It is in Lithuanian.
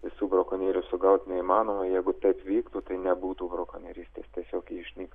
visų brakonierių sugaut neįmanoma jeigu taip vyktų tai nebūtų brakonerystės tiesiog ji išnyktų